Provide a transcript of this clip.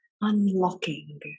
unlocking